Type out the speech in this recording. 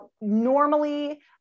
normally